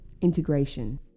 integration